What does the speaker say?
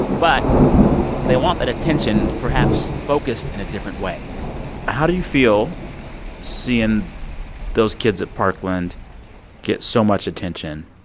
but they want that attention perhaps focused in a different way how do you feel seeing those kids at parkland get so much attention,